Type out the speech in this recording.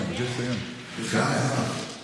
חבר הכנסת ביטון,